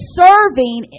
serving